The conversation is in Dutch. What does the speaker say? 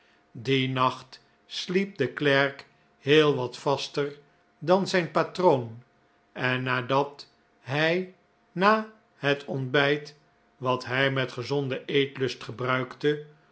dien nacht sliep de klerk heel wat vaster dan zijn patroon en nadat hij na het ontbijt wat hij met gezonden eetlust gebruikte